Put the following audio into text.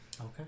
Okay